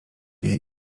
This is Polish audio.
wie